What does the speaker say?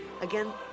Again